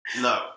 No